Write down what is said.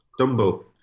Dumbo